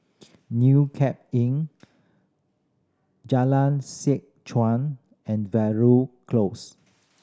New Cape Inn Jalan Seh Chuan and Veeragoo Close